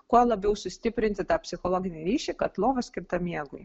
kuo labiau sustiprinti tą psichologinį ryšį kad lova skirta miegui